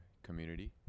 Community